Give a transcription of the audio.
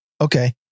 Okay